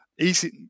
easy